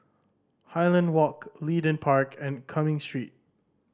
Highland Walk Leedon Park and Cumming Street